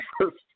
first